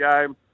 game